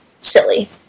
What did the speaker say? silly